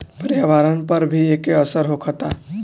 पर्यावरण पर भी एके असर होखता